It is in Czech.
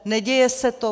Neděje se to.